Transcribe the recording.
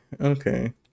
Okay